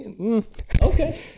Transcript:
okay